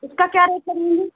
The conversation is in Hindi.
उसका क्या रेट लगेंगे